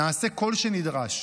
נעשה כל שנדרש,